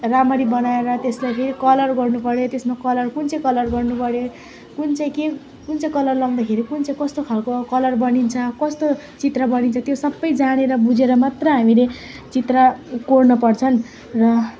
राम्ररी बनाएर त्यसलाई फेरि कलर गर्नुपऱ्यो त्यसमा कलर कुन चाहिँ कलर गर्नुपऱ्यो कुन चाहिँ के कुन चाहिँ कलर लगाउँदाखेरि कुन चाहिँ कस्तो खालको कलर बनिन्छ कस्तो चित्र बनिन्छ त्यो सबै जानेर बुझेर मात्र हामीले चित्र कोर्न पर्छन् र